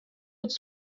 would